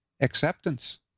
Acceptance